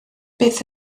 beth